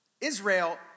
Israel